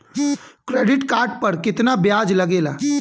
Credit card पर कितना ब्याज लगेला?